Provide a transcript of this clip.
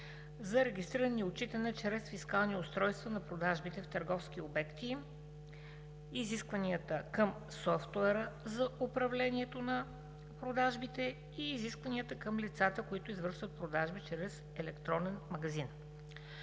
за регистриране и отчитане чрез фискални устройства за продажбите в търговски обекти, изискванията към софтуера за управлението на продажбите и изискванията към лицата, които извършват продажби чрез електронен магазин.